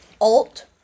Alt